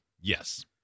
Yes